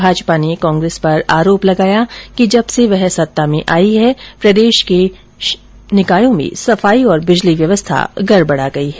भाजपा ने कांग्रेस पर आरोप लगाया कि जब से वह सत्ता में आई है प्रदेश के निकायो में सफाई और बिजली व्यवस्था गडबडा गई है